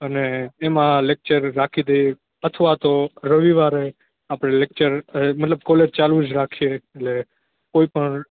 અને એમાં આ લેક્ચર રાખી દઈએ અથવા તો રવિવારે આપણે લેક્ચર મતલબ કોલેજ ચાલુ જ રાખીએ એટલે કોઈ પણ